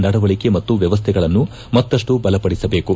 ನಡವಳೆ ಮತ್ತು ವ್ಯವಸ್ಥೆಗಳನ್ನು ಮತ್ತಪ್ಪು ಬಲಪಡಿಸಬೇಕು